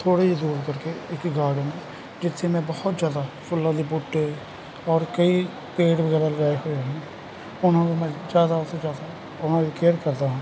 ਥੋੜ੍ਹੇ ਜਿਹੇ ਦੂਰ ਕਰਕੇ ਇੱਕ ਗਾਰਡਨ ਹੈ ਜਿੱਥੇ ਬਹੁਤ ਜ਼ਿਆਦਾ ਫੁੱਲਾਂ ਦੇ ਬੂਟੇ ਔਰ ਕਈ ਪੇੜ ਵਗੈਰਾ ਲਗਾਏ ਹੋਏ ਆ ਨਾ ਉਹਨਾਂ ਨੂੰ ਮੈਂ ਜ਼ਿਆਦਾ ਉੱਸੇ ਹਿਸਾਬ ਨਾ ਉਹਨਾਂ ਦੀ ਕੇਅਰ ਕਰਦਾ ਹਾਂ